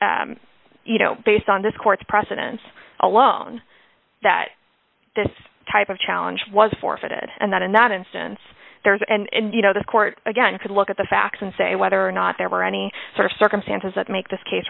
you know based on this court's precedents alone that this type of challenge was forfeited and that in that instance there is and you know this court again could look at the facts and say whether or not there were any sort of circumstances that make this case